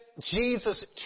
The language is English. Jesus